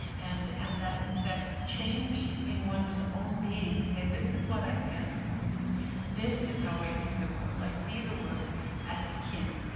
and and that that change in one's own being, to say, this is what i stand for. this this is how i see the world. i see the world as kin.